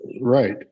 Right